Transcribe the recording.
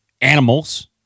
animals